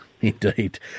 Indeed